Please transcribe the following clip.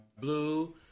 blue